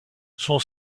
son